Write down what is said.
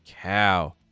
cow